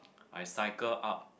I cycle up